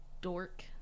dork